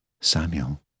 Samuel